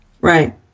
Right